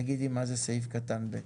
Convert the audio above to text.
תגידי מה זה סעיף קטן (ב).